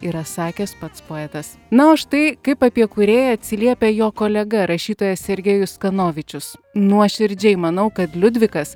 yra sakęs pats poetas na o štai kaip apie kūrėją atsiliepia jo kolega rašytojas sergejus kanovičius nuoširdžiai manau kad liudvikas